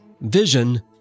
Vision